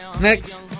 Next